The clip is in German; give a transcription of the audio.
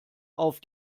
auf